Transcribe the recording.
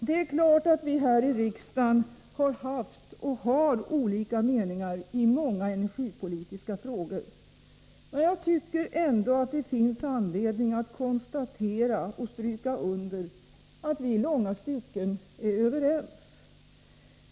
Det är klart att vi här i riksdagen har haft och har olika meningar i många energipolitiska frågor. Jag tycker ändå att det finns anledning att stryka under att vi i långa stycken är överens.